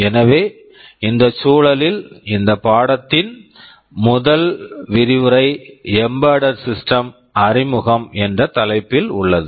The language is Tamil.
எனவே இந்த சூழலில் இந்த பாடத்தின் முதல் விரிவுரை எம்பெடெட் சிஸ்டம்ஸ் Embedded Systems அறிமுகம் என்ற தலைப்பில் உள்ளது